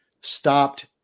stopped